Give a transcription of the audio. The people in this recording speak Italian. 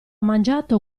mangiato